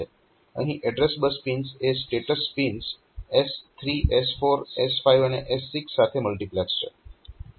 અહીં address bus pins એ status pins S3 S4 S5 અને S6 સાથે મલ્ટીપ્લેક્સ્ડ છે